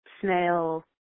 snail